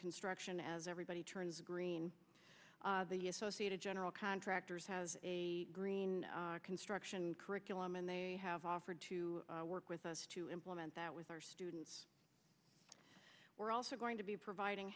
construction as everybody turns green associated general contractors has a rien construction curriculum and they have offered to work with us to implement that with our students we're also going to be providing